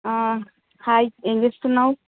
ఆ హాయ్ ఏం చేస్తున్నావు